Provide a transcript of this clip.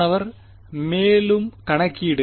மாணவர் மேலும் கணக்கீடு